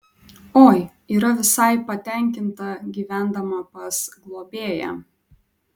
oi yra visai patenkinta gyvendama pas globėją